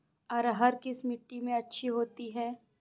अरहर किस मिट्टी में अच्छी होती है?